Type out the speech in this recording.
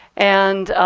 and